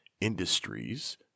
industries